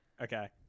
Okay